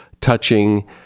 touching